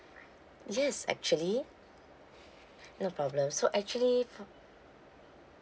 yes actually no problem so actually for